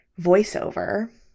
voiceover